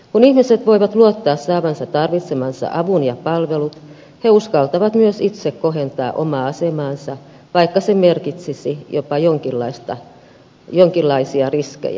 kun ihmiset voivat luottaa saavansa tarvitsemansa avun ja palvelut he uskaltavat myös itse kohentaa omaa asemaansa vaikka se merkitsisi jopa jonkinlaisia riskejä